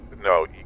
No